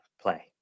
play